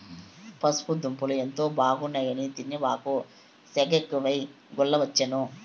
పసుపు దుంపలు ఎంతో బాగున్నాయి అని తినబాకు, సెగెక్కువై గుల్లవచ్చేను